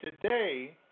today